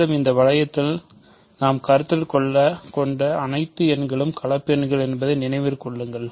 மேலும் இந்த வளையத்தில் நாம் கருத்தில் கொண்ட அனைத்து எண்களும் கலப்பு எண்கள் என்பதை நினைவில் கொள்ளுங்கள்